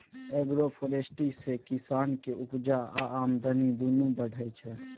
agroforestry सँ किसानक उपजा आ आमदनी दुनु बढ़य छै